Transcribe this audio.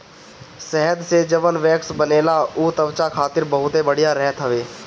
शहद से जवन वैक्स बनेला उ त्वचा खातिर बहुते बढ़िया रहत हवे